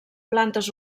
plantes